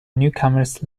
newcomers